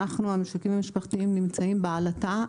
אנחנו המשקים המשפחתיים נמצאים בעלטה,